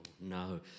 no